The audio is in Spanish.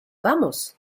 vamos